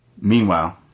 Meanwhile